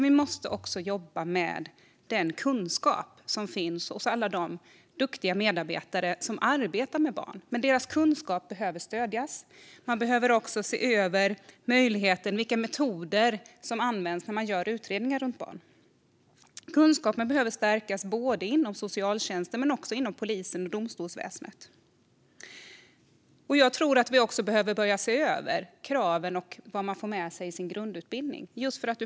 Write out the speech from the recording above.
Vi måste också jobba med den kunskap som finns hos alla de duktiga medarbetare som arbetar med barn. Deras kunskap behöver stödjas, och vi behöver också se över vilka metoder som används när man gör utredningar om barn. Kunskapen behöver stärkas både inom socialtjänsten och inom polis och domstolsväsendet. Jag tror att vi också behöver se över kraven och vad man får med sig i sin grundutbildning.